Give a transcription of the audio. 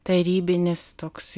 tarybinis toks